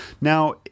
Now